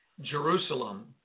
Jerusalem